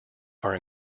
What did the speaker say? are